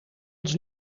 ons